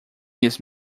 his